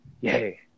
yay